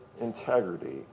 integrity